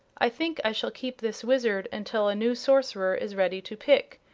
i think i shall keep this wizard until a new sorcerer is ready to pick,